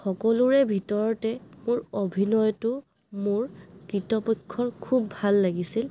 সকলোৰে ভিতৰতে মোৰ অভিনয়টো মোৰ কীৃতপক্ষৰ খুব ভাল লাগিছিল